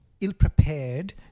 ill-prepared